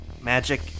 Magic